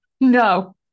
No